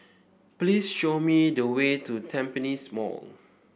please show me the way to Tampines Mall